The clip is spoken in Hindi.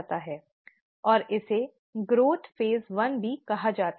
और इसे ग्रोथ फेज़ वन भी कहा जाता है